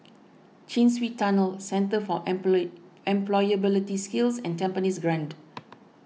Chin Swee Tunnel Centre for Employability Skills and Tampines Grande